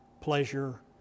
pleasure